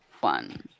one